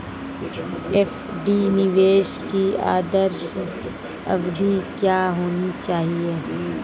FD निवेश की आदर्श अवधि क्या होनी चाहिए?